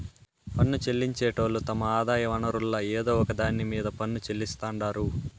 పన్ను చెల్లించేటోళ్లు తమ ఆదాయ వనరుల్ల ఏదో ఒక దాన్ని మీద పన్ను చెల్లిస్తాండారు